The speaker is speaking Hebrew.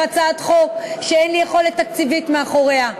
הצעת חוק שאין לי יכולת תקציבית מאחוריה.